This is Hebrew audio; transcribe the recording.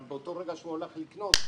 אבל באותו רגע שהוא הלך לקנות,